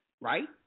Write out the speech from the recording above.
Right